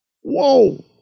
Whoa